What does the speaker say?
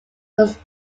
was